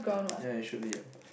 ya it should be ah